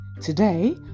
Today